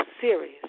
series